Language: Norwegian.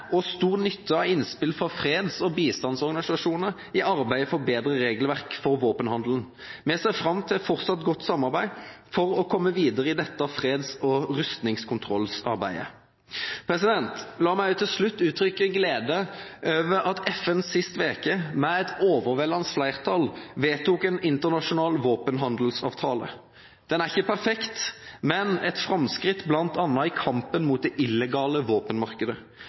og stor nytte av innspill fra freds- og bistandsorganisasjoner i arbeidet for bedre regelverk for våpenhandelen. Vi ser fram til et fortsatt godt samarbeid for å komme videre i dette arbeidet for fred og rustningskontroll. La meg til slutt uttrykke glede over at FN sist uke med et overveldende flertall vedtok en internasjonal våpenhandelsavtale. Den er ikke perfekt, men et framskritt, bl.a. i kampen mot det illegale våpenmarkedet.